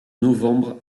novembre